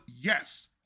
yes